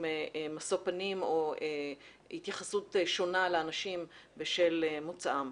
משוא פנים או התייחסות שונה לאנשים בשל מוצאם.